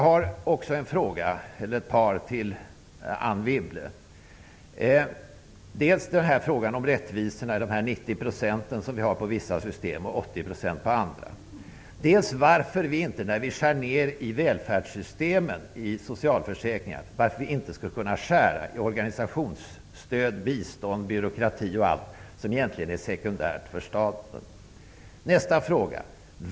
Vad är det för rättvisa med 90 % ersättning i vissa system och 80 % i andra? Varför kan vi inte, när vi skär ned i välfärdssystemen i socialförsäkringar, skära i organisationsstöd, bistånd, byråkrati och annat som egentligen är sekundärt för staten?